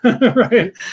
right